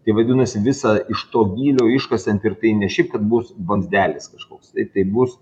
tai vadinasi visa iš to gylio iškasant ir tai ne šiaip kad bus vamzdelis kažkoks tai bus